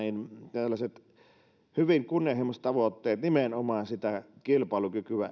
tällaiset hyvin kunnianhimoiset tavoitteet nimenomaan sitä kilpailukykyä